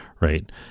right